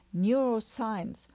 Neuroscience